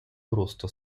просто